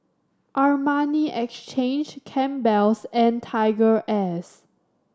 Armani Exchange Campbell's and TigerAirs